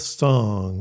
song